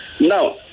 Now